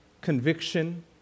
conviction